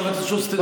חבר הכנסת שוסטר,